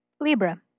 Libra